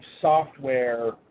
software